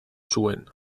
zuen